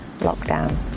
lockdown